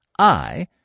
I